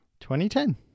2010